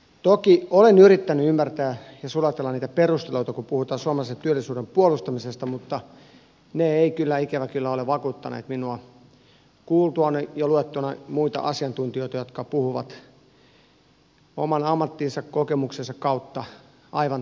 toki olen yrittänyt ymmärtää ja sulatella niitä perusteluita kun puhutaan suomalaisen työllisyyden puolustamisesta mutta ne eivät ikävä kyllä ole vakuuttaneet minua kuultuani ja luettuani muita asiantuntijoita jotka puhuvat oman ammattinsa kokemuksensa kautta aivan toisenlaista viestiä